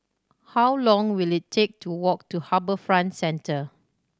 how long will it take to walk to HarbourFront Centre